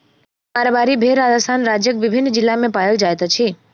मारवाड़ी भेड़ राजस्थान राज्यक विभिन्न जिला मे पाओल जाइत अछि